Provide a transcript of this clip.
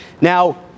Now